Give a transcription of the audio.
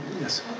Yes